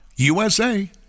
USA